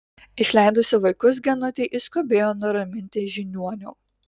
išleidusi vaikus genutė išskubėjo nuraminti žiniuonio